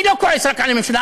אני לא כועס רק על הממשלה,